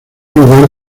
lugar